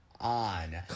on